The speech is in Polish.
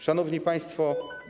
Szanowni Państwo!